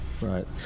right